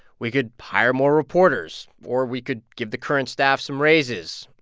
we could hire more reporters. or we could give the current staff some raises.